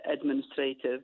administrative